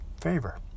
Favor